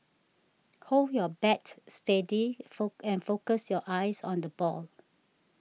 hold your bat steady and focus your eyes on the ball